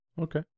okay